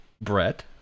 Brett